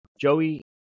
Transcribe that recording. Joey